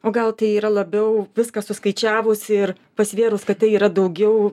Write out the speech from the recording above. o gal tai yra labiau viską suskaičiavus ir pasvėrus kad tai yra daugiau